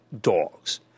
dogs